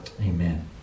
Amen